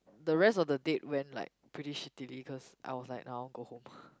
the rest of the date went like pretty shittily cause I was like I want go home